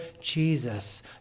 jesus